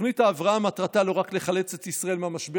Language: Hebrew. שתוכנית ההבראה מטרתה לא רק לחלץ את ישראל מהשבר